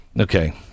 Okay